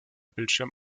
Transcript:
bildschirm